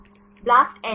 छात्र ब्लास्टn